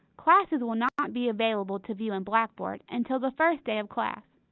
classes will not not be available to view in blackboard until the first day of class.